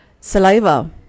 saliva